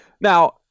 now